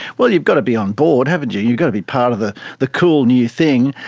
well, you've got to be on board, haven't you, you've got to be part of the the cool new thing.